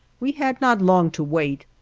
we had not long to wait.